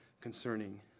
concerning